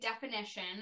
definition